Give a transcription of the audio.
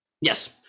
Yes